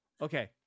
Okay